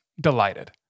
delighted